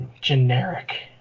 generic